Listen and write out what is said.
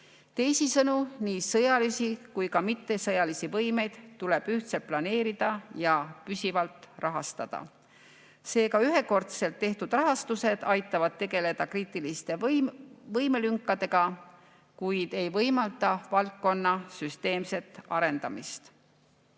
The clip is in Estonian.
Teisisõnu, nii sõjalisi kui ka mittesõjalisi võimeid tuleb ühtselt planeerida ja püsivalt rahastada. Seega, ühekordne rahastus aitab tegeleda kriitiliste võimelünkadega, kuid ei võimalda valdkonda süsteemselt arendada.